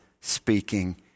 speaking